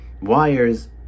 wires